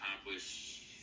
accomplish